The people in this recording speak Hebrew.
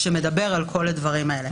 כל הדברים האלה.